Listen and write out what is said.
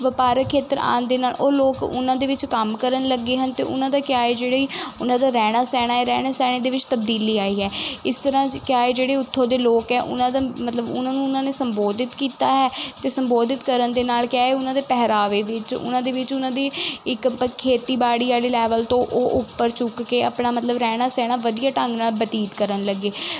ਵਪਾਰਕ ਖੇਤਰ ਆਨ ਦੇ ਨਾਲ ਉਹ ਲੋਕ ਉਹਨਾਂ ਦੇ ਵਿੱਚ ਕੰਮ ਕਰਨ ਲੱਗੇ ਹਨ ਅਤੇ ਉਹਨਾਂ ਦਾ ਕਿਆ ਹੈ ਜਿਹੜੇ ਉਹਨਾਂ ਦਾ ਰਹਿਣਾ ਸਹਿਣਾ ਹੈ ਰਹਿਣਾ ਸਹਿਣੇ ਦੇ ਵਿੱਚ ਤਬਦੀਲੀ ਆਈ ਹੈ ਇਸ ਤਰ੍ਹਾਂ ਕਿਆ ਹੈ ਜਿਹੜੇ ਉੱਥੋਂ ਦੇ ਲੋਕ ਆ ਉਹਨਾਂ ਦਾ ਮਤਲਬ ਉਹਨਾਂ ਨੂੰ ਉਹਨਾਂ ਨੇ ਸੰਬੋਧਿਤ ਕੀਤਾ ਹੈ ਅਤੇ ਸੰਬੋਧਿਤ ਕਰਨ ਦੇ ਨਾਲ ਕਿਆ ਹੈ ਉਹਨਾਂ ਦੇ ਪਹਿਰਾਵੇ ਵਿੱਚ ਉਹਨਾਂ ਦੇ ਵਿੱਚ ਉਹਨਾਂ ਦੀ ਇੱਕ ਪ ਖੇਤੀਬਾੜੀ ਵਾਲੇ ਲੈਵਲ ਤੋਂ ਉਹ ਉੱਪਰ ਚੁੱਕ ਕੇ ਆਪਣਾ ਮਤਲਬ ਰਹਿਣਾ ਸਹਿਣਾ ਵਧੀਆ ਢੰਗ ਨਾਲ ਬਤੀਤ ਕਰਨ ਲੱਗੇ